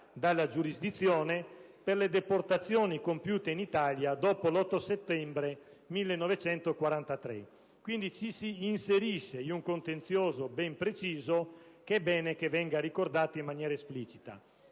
dalla giurisdizione per le deportazioni compiute in Italia dopo l'8 settembre 1943. Quindi, ci si inserisce in un contenzioso ben preciso che è bene che venga ricordato in maniera esplicita.